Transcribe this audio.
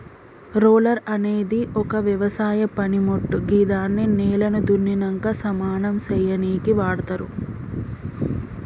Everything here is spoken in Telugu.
రోలర్ అనేది ఒక వ్యవసాయ పనిమోట్టు గిదాన్ని నేలను దున్నినంక సమానం సేయనీకి వాడ్తరు